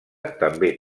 també